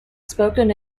spoken